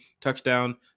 touchdown